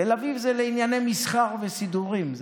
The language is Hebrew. תל אביב זה לענייני מסחר וסידורים.